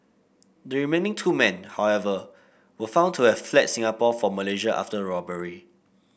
the remaining two men however were found to have fled Singapore for Malaysia after robbery